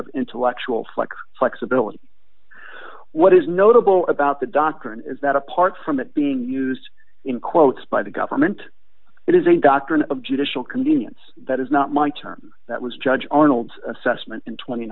of intellectual flex flexibility what is notable about the doctrine is that apart from it being used in quotes by the government it is a doctrine of judicial convenience that is not my term that was judge arnold's assessment in tw